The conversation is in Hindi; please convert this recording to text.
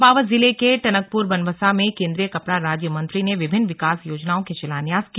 चंपावत जिले के टनकपुरध्बनबसा में केंद्रीय कपड़ा राज्य मंत्री ने विभिन्न विकास योजनाओं के शिलान्यास किया